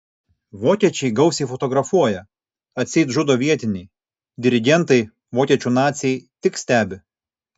vokiečiai gausiai fotografuoja atseit žudo vietiniai dirigentai vokiečių naciai tik stebi